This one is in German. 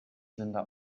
linda